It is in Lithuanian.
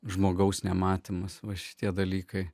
žmogaus nematymas va šitie dalykai